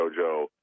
JoJo